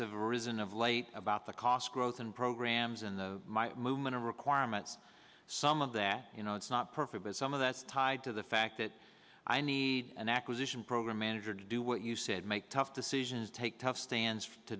of risen of late about the cost growth and programs and my movement of requirements some of that you know it's not perfect but some of that's tied to the fact that i need an acquisition program manager to do what you said make tough decisions take tough stands to